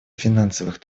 финансовых